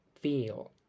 feel